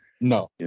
no